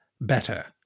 better